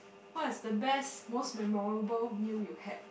what is the best most memorable meal you had